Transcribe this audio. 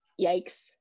Yikes